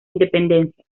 independencia